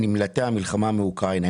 נמלטי המלחמה מאוקראינה.